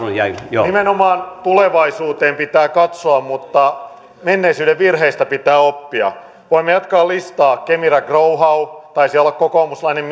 puhemies nimenomaan tulevaisuuteen pitää katsoa mutta menneisyyden virheistä pitää oppia voimme jatkaa listaa kemira growhow taisi olla kokoomuslainen